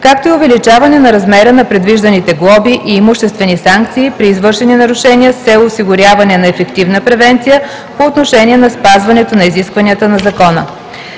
както и увеличаване на размера на предвижданите глоби и имуществени санкции при извършени нарушения с цел осигуряване на ефективна превенция по отношение на спазването на изискванията на Закона.